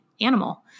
animal